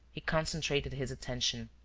he concentrated his attention.